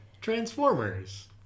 transformers